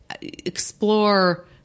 explore